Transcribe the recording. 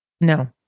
No